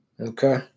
Okay